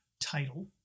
title